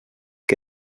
que